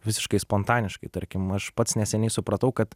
visiškai spontaniškai tarkim aš pats neseniai supratau kad